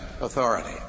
authority